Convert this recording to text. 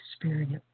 experience